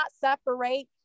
separate